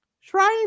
Shrine